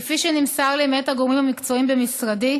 כפי שנמסר לי מאת הגורמים המקצועיים במשרדי,